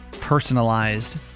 personalized